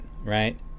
Right